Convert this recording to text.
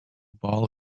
ball